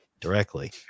directly